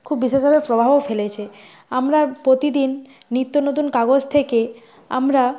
খুব বিশেষভাবে প্রভাবও ফেলেছে আমরা প্রতিদিন নিত্যনতুন কাগজ থেকে আমরা